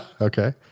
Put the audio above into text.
Okay